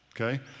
okay